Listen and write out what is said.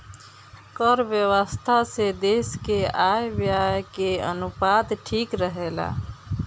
कर व्यवस्था से देस के आय व्यय के अनुपात ठीक रहेला